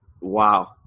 Wow